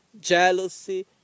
jealousy